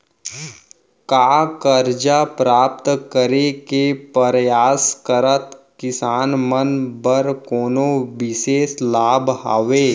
का करजा प्राप्त करे के परयास करत किसान मन बर कोनो बिशेष लाभ हवे?